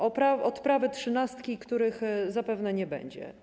Odprawy, trzynastki, których zapewne nie będzie.